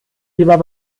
lieber